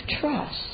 trust